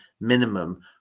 minimum